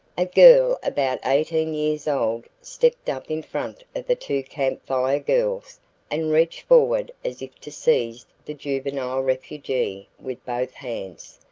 a girl about eighteen years old stepped up in front of the two camp fire girls and reached forward as if to seize the juvenile refugee with both hands.